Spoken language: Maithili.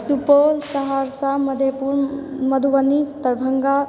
सुपौल सहरसा मधेपुर मधुबनी दरभंगा